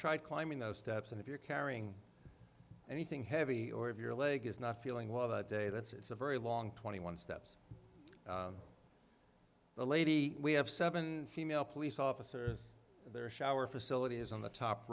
tried climbing those steps and if you're carrying anything heavy or if your leg is not feeling well that day that's it's a very long twenty one steps the lady we have seven female police officers there shower facility is on the top